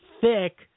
thick